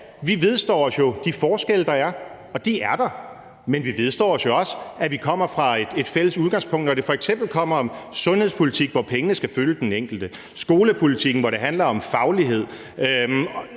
vi vedstår os jo de forskelle, der er, og de er der. Men vi vedstår os jo også, at vi kommer op fra et fælles udgangspunkt, når det f.eks. kommer til sundhedspolitik, hvor pengene skal følge den enkelte; skolepolitik, hvor det handler om faglighed;